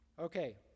okay